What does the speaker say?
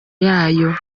yayo